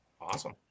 Awesome